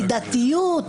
מידתיות.